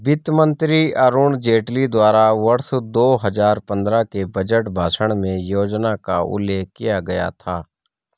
वित्त मंत्री अरुण जेटली द्वारा वर्ष दो हजार पन्द्रह के बजट भाषण में योजना का उल्लेख किया गया था